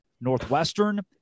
Northwestern